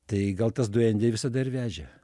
tai gal tas duendė visada ir vežė